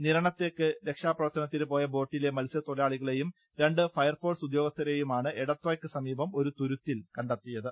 നിരണ ത്തേക്ക് രക്ഷാപ്രവർത്തനത്തിന് പോയ ബോട്ടിലെ മത്സ്യതൊഴിലാളിക രണ്ട് ഫയർഫോഴ്സ് ഉദ്യോഗ സ്ഥ രെ യു മാണ് ളെയും എടത്വായ്ക്ക് സമീപം ഒരു തുരുത്തിൽ കണ്ടെത്തിയത്